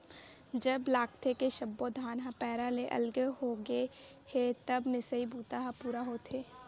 जब लागथे के सब्बो धान ह पैरा ले अलगे होगे हे तब मिसई बूता ह पूरा होथे